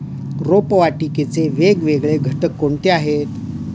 रोपवाटिकेचे वेगवेगळे घटक कोणते आहेत?